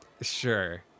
Sure